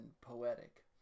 poetic